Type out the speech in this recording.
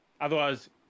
Otherwise